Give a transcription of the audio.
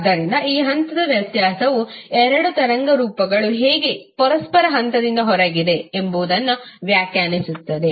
ಆದ್ದರಿಂದ ಈ ಹಂತದ ವ್ಯತ್ಯಾಸವು ಎರಡು ತರಂಗರೂಪಗಳು ಹೇಗೆ ಪರಸ್ಪರ ಹಂತದಿಂದ ಹೊರಗಿದೆ ಎಂಬುದನ್ನು ವ್ಯಾಖ್ಯಾನಿಸುತ್ತದೆ